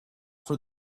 for